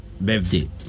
birthday